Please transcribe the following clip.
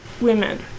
women